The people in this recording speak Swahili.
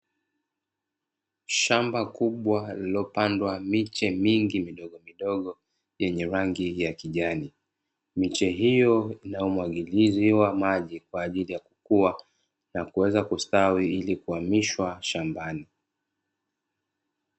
Shamba kubwa lililopandwa miche mingi midogo midogo yenye rangi ya kijani, miche hiyo inamwagiliziwa maji kwa ajili ya kukua na kuaeza kustawi ilikuhamishwa shambani.